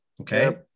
okay